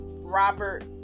Robert